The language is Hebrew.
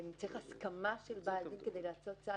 צריך הסכמה של בעל דין לעשות צעד,